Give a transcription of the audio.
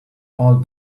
hall